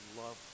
love